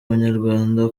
abanyarwanda